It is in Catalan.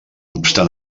obstant